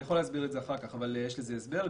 אני יכול להסביר את זה אחר כך, יש לזה הסבר.